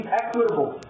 equitable